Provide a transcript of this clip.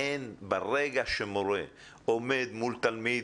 ברגע שמורה עומד מול תלמיד